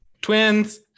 twins